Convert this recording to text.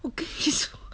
okay so